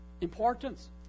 importance